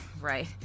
Right